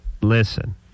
Listen